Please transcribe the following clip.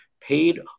paid